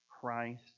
Christ